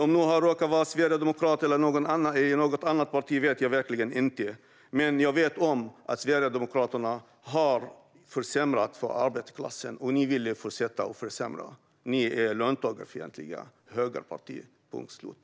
Om du råkar vara sverigedemokrat eller om du tillhör något annat parti vet jag verkligen inte. Men jag vet att Sverigedemokraterna har försämrat för arbetarklassen, och ni vill fortsätta att försämra. Ni är ett löntagarfientligt högerparti, punkt slut.